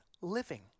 living